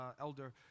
Elder